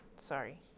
Sorry